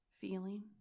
feeling